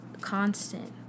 constant